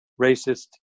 racist